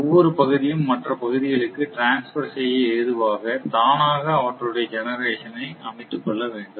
ஒவ்வொரு பகுதியும் மற்ற பகுதிகளுக்கு டிரான்ஸ்பர் செய்ய ஏதுவாக தானாக அவற்றுடைய ஜெனரேஷன் அமைத்துக்கொள்ள வேண்டும்